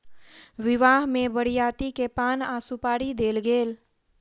विवाह में बरियाती के पान आ सुपारी देल गेल